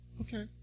Okay